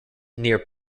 near